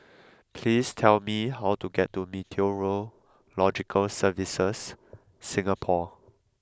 please tell me how to get to Meteorological Services Singapore